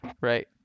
Right